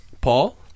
Paul